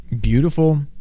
beautiful